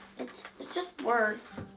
it's just words.